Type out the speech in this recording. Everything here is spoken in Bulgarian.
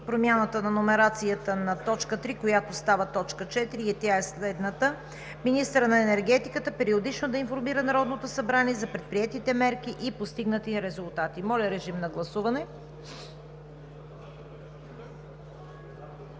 промяната на номерацията на т. 3, която става точка 4, която е следната: „Министърът на енергетиката периодично да информира Народното събрание за предприетите мерки и постигнати резултати.“ Моля, режим на гласуване.